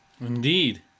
Indeed